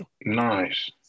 Nice